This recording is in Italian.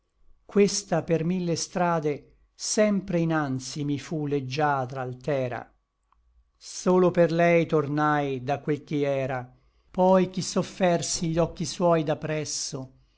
questa per mille strade sempre inanzi mi fu leggiadra altera solo per lei tornai da quel ch'i era poi ch'i soffersi gli occhi suoi da presso